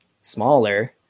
smaller